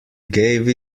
gave